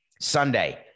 Sunday